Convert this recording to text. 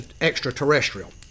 extraterrestrial